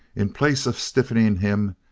in place of stiffening him,